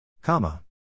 Comma